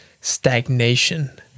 stagnation